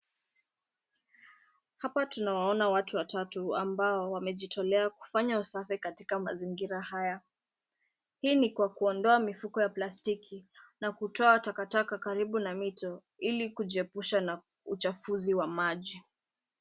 Hapa tunawaona watu watatu ambao wamejitolea kufanya usafi katika mazingira haya. Hii ni kwa kuondoa mifuko ya plastiki na kutoa takataka karibu na mito ili kujiepusha na uchafuzi wa maji.